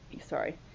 sorry